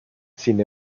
sin